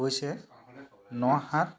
হৈছে ন সাত